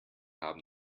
haben